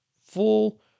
full